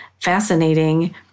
fascinating